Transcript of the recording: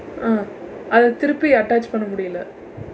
uh அதை திருப்பி:athai thiruppi attach பண்ண முடியல:panna mudiyala